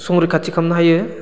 संरैखाथि खालामनो हायो